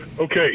Okay